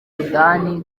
soudan